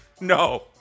No